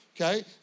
Okay